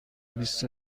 بیست